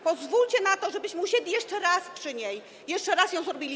Pozwólcie na to, żebyśmy usiedli jeszcze raz przy niej, jeszcze raz ją zrobili.